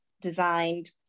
designed